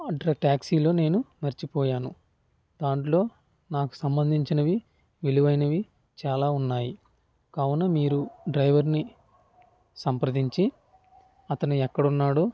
ట్యాక్సీలో నేను మర్చిపోయాను దాంట్లో నాకు సంబంధించినవి విలువైనవి చాలా ఉన్నాయి కావున మీరు డ్రైవర్ని సంప్రదించి అతను ఎక్కడున్నాడో